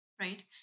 right